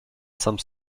some